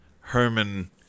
Herman